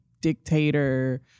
dictator